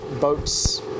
boats